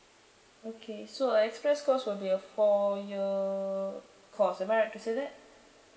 okay so express course will be a four year course am I right to say that